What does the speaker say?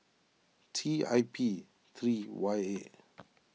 T I P three Y A